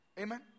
Amen